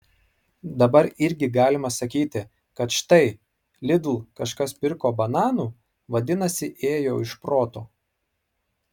dabar irgi galima sakyti kad štai lidl kažkas pirko bananų vadinasi ėjo iš proto